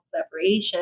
separation